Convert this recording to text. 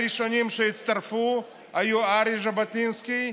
הראשונים שהצטרפו היו ערי ז'בוטינסקי,